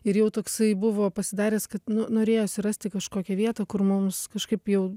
ir jau toksai buvo pasidaręs kad nu norėjosi rasti kažkokią vietą kur mums kažkaip jau